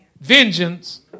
Vengeance